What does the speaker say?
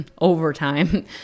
overtime